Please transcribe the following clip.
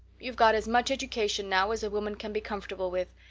you've got as much education now as a woman can be comfortable with.